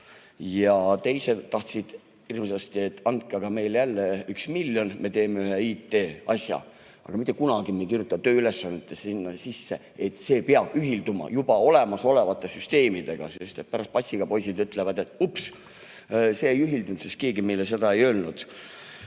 Teised tahtsid hirmsasti, et andke aga meile jälle miljon, me teeme ühe IT‑asja. Aga mitte kunagi me ei kirjuta tööülesannetesse sisse, et see peab ühilduma juba olemasolevate süsteemidega. Pärast patsiga poisid ütlevad, et ups, see ei ühildunud, sest keegi meile seda enne ei öelnud.